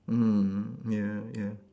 mmhmm ya ya